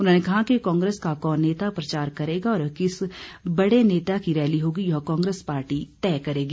उन्होंने कहा कि कांग्रेस का कौन नेता प्रचार करेगा और किस बड़े नेता की रैली होगी यह कांग्रेस पार्टी तय करेगी